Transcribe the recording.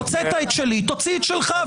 הוצאת את שלי תוציא את שלך.